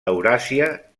euràsia